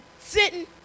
sitting